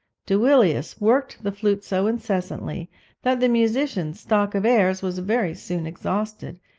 duilius worked the flute so incessantly that the musician's stock of airs was very soon exhausted,